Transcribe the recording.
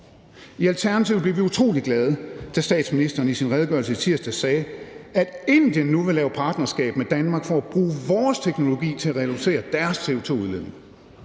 I Alternativet blev vi utrolig glade, da statsministeren i sin redegørelse i tirsdags sagde, at Indien nu vil lave partnerskab med Danmark for at bruge vores teknologi til at reducere deres CO2-udledning.